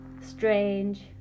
strange